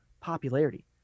popularity